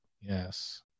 Yes